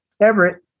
Everett